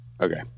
Okay